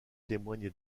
témoigne